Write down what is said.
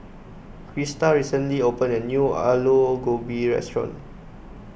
Crista recently opened a new Aloo Gobi restaurant